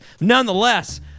nonetheless